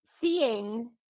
seeing